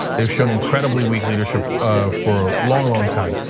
they've shown incredibly weak leadership for a long, long time.